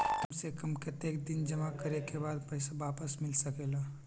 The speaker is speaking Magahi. काम से कम कतेक दिन जमा करें के बाद पैसा वापस मिल सकेला?